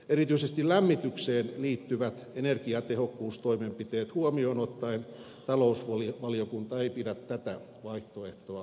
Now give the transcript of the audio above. erityisesti lämmitykseen liittyvät energiatehokkuustoimenpiteet huomioon ottaen talousvaliokunta ei pidä tätä vaihtoehtoa realistisena